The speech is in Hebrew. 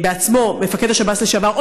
מפקד השב"ס לשעבר,